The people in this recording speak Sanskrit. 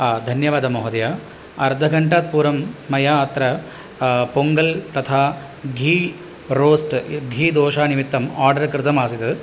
हा धन्यवादः महोदयः अर्धघण्टात् पूर्वं मया अत्र पोङ्गल् तथा घी रोस्ट् घीदोसा निमित्तम् आर्डर् कृतम् आसित्